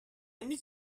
need